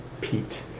Pete